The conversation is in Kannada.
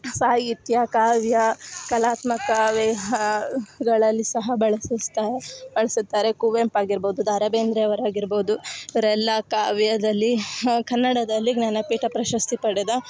ಸಾಹಿತ್ಯ ಕಾವ್ಯ ಕಲಾತ್ಮಕ ವೀಹಗಳಲ್ಲಿ ಸಹ ಬಳಸ್ತಾ ಬಳ್ಸುತ್ತಾರೆ ಕುವೆಂಪು ಆಗಿರ್ಬೋದು ದರಾ ಬೇಂದ್ರೆಯವರು ಆಗಿರ್ಬೋದು ಇವರೆಲ್ಲಾ ಕಾವ್ಯದಲ್ಲಿ ಕನ್ನಡದಲ್ಲಿ ಜ್ಞಾನಪೀಠ ಪ್ರಶಸ್ತಿ ಪಡೆದ